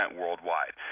worldwide